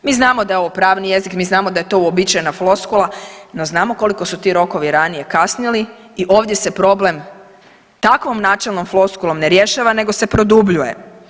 Mi znamo da je ovo pravni jezik, mi znamo da je to uobičajena floskula no znamo koliko su ti rokovi ranije kasnili i ovdje se problem takvom načelnom floskulom ne rješava nego se produbljuje.